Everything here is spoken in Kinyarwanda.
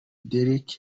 derek